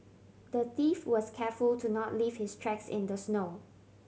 the thief was careful to not leave his tracks in the snow